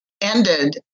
ended